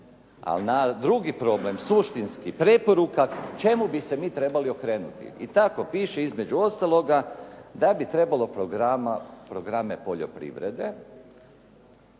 na drugi problem, suštinski, preporuka, čemu bi se mi trebali okrenuti? I tako piše između ostaloga, da bi trebalo programe poljoprivrede.